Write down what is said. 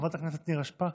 חברת הכנסת נירה שפק.